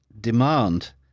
demand